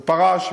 והוא פרש.